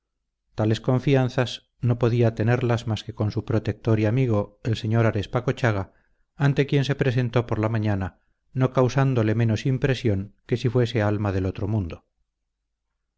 tales confianzas no podía tenerlas más que con su protector y amigo el sr arespacochaga ante quien se presentó por la mañana no causándole menos impresión que si fuese alma del otro mundo